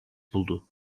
buldu